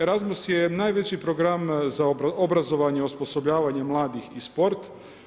ERASMUS je najveći program za obrazovanje, osposobljavanje mladih i sport.